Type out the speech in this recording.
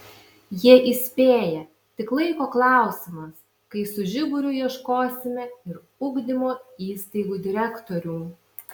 jie įspėja tik laiko klausimas kai su žiburiu ieškosime ir ugdymo įstaigų direktorių